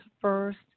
first